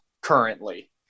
currently